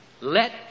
let